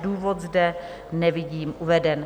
Důvod zde nevidím uveden.